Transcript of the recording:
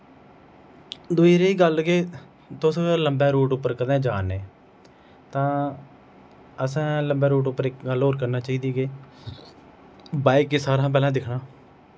दूई नेही गल्ल के तुस लम्बै रूट उप्पर कदैं जा ने तां असैं लम्बै रूट उप्पर इक गल्ल होर करना चाहिदी के बाईक गी सारै शा पैह्लैं दिक्खना